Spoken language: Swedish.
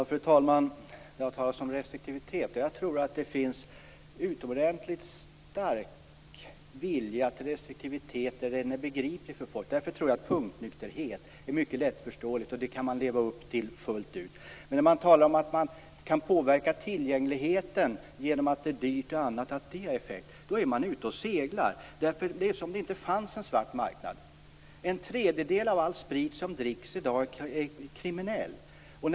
Fru talman! Det har talats om restriktivitet. Jag tror att det finns en utomordentligt stark vilja till restriktivitet när den är begriplig för folk. Därför tror jag att punktnykterhet är mycket lättförståelig, och den kan man leva upp till fullt ut. Men om man talar om att man kan påverka tillgängligheten genom att göra alkoholen dyr och annat och att detta skulle ha någon effekt, då är man ute och seglar. Det är som om det inte fanns en svart marknad. En tredjedel av all sprit som dricks i dag har införskaffats på kriminell väg.